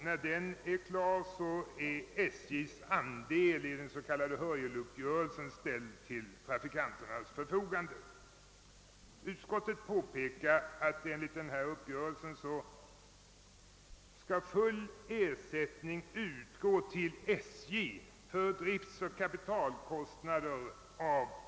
När denna är klar är SJ:s andel i den s.k. Hörjeluppgörelsen ställd till trafikanternas förfogande. Utskottet påpekar att enligt denna uppgörelse skall full ersättning av kommunala medel utgå till SJ för driftoch kapitalkostnader.